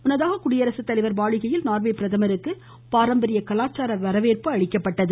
முன்னதாக குடியரசுத்தலைவர் மாளிகையில் நார்வே பிரதமருக்கு பாரம்பரிய கலாச்சார வரவேற்பு அளிக்கப்பட்டது